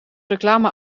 reclame